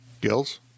Gills